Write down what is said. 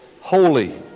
Holy